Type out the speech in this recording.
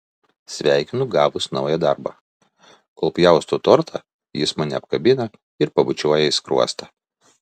sveikinu gavus naują darbą kol pjaustau tortą jis mane apkabina ir pabučiuoja į skruostą